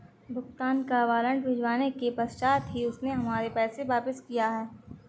भुगतान का वारंट भिजवाने के पश्चात ही उसने हमारे पैसे वापिस किया हैं